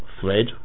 thread